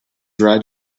right